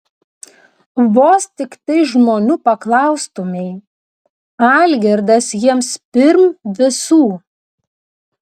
vos tiktai žmonių paklaustumei algirdas jiems pirm visų